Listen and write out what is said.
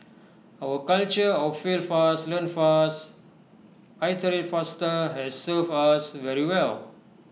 our culture of 'fail fast learn fast iterate faster' has served us very well